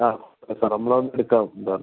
ആ സാർ നമ്മള് വന്നിട്ട് എടുക്കാം എന്നാ